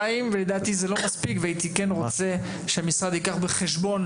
ולדעתי זה לא מספיק והייתי כן רוצה שהמשרד ייקח בחשבון